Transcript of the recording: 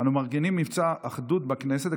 אנחנו מארגנים מבצע אחדות בכנסת.